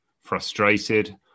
frustrated